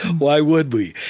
why would we?